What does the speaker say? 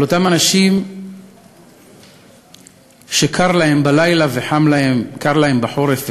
על אותם אנשים שחם להם בקיץ, וקר להם בחורף,